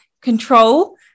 control